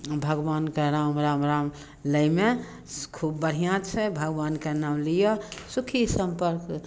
भगवानके राम राम राम लयमे खूब बढ़िआँ छै भगवानके नाम लिअ सुखी सम्पन्न